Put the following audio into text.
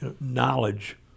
knowledge